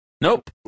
Nope